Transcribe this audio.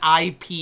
IP